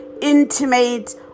intimate